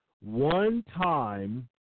one-time